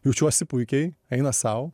jaučiuosi puikiai eina sau